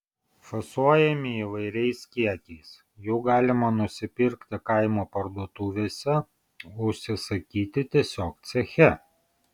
fasuojami įvairiais kiekiais jų galima nusipirkti kaimo parduotuvėse užsisakyti tiesiog ceche